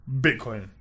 Bitcoin